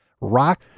Rock